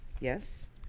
Yes